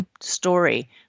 story